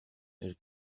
elle